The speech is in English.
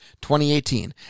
2018